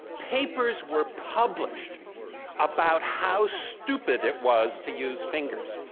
papers were published about how stupid it was to use fingers.